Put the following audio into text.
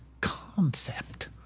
concept